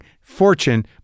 Fortune